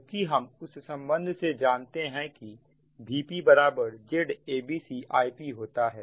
क्योंकि हम उस संबंध से जानते हैं की Vp Zabc Ip होता है